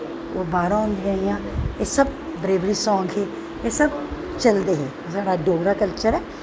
ओह् बारां होंदियां हियां एह् सब बरेबरी सांग हे एह् सब चलदे हे एह् साढ़ा डोगरा कल्चर ऐ